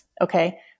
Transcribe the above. Okay